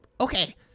Okay